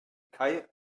kai